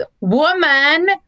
woman